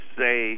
say